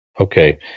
Okay